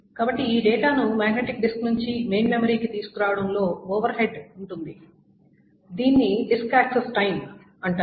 కాబట్టి ఈ డేటాను మాగ్నెటిక్ డిస్క్ నుండి మెయిన్ మెమరీకి తీసుకురావడంలో ఓవర్ హెడ్ ఉంది దీనిని డిస్క్ యాక్సెస్ టైమ్ అంటారు